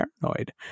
paranoid